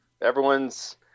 everyone's